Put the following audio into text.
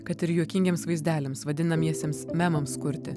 kad ir juokingiems vaizdeliams vadinamiesiems memams kurti